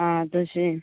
आं तशें